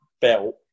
belt